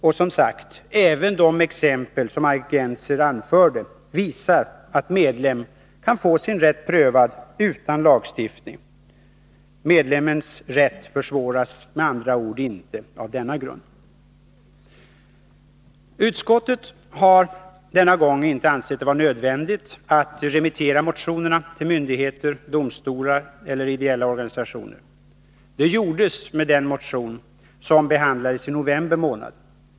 Och, som sagt, även de exempel som Margit Gennser anförde visar att medlem kan få sin rätt prövad utan lagstiftning. Medlemmens rätt försvåras med andra ord inte på grund av om det finns lagstiftning eller inte. Utskottet har denna gång inte ansett det vara nödvändigt att remittera motionerna till myndigheter, domstolar eller ideella organisationer. Det gjordes med den motion som behandlades i november månad.